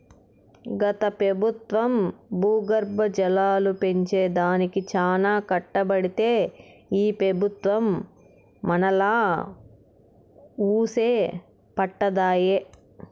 గత పెబుత్వం భూగర్భ జలాలు పెంచే దానికి చానా కట్టబడితే ఈ పెబుత్వం మనాలా వూసే పట్టదాయె